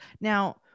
now